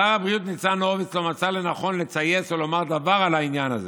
שר הבריאות ניצן הורוביץ לא מצא לנכון לצייץ או לומר דבר על העניין הזה.